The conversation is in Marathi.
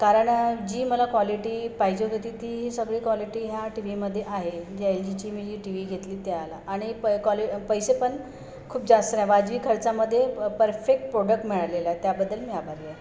कारण जी मला कॉलिटी पाहिजे होती ती ही सगळी कॉलिटी ह्या टी व्हीमध्ये आहे जी एल जीची मी जी टी व्ही घेतली त्याला आणि प कॉलि पैसे पण खूप जास्त नाही वाजवी खर्चामध्ये प परफेक्ट पोडक्ट मिळालेला आहे त्याबद्दल मी आभारी आहे